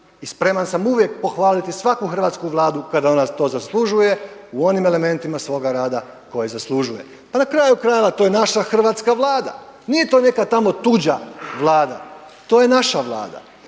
i spreman sam uvijek pohvaliti svaku hrvatsku vladu kada ona to zaslužuje u onim elementima svoga rada koje zaslužuje. Pa na kraju krajeva to je naša hrvatska Vlada. Nije to tamo neka tuđa vlada, to je naša Vlada.